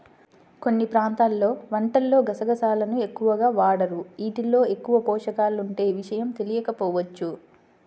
కొన్ని ప్రాంతాల్లో వంటల్లో గసగసాలను ఎక్కువగా వాడరు, యీటిల్లో ఎక్కువ పోషకాలుండే విషయం తెలియకపోవచ్చు